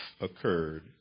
occurred